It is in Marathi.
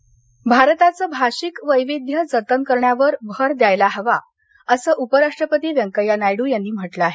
मातभाषा भारताचं भाषिक वैविध्य जतन करण्यावर भर द्यायला हवा अस उपराष्टपती व्यंकय्या नायड यांनी म्हटलं आहे